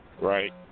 Right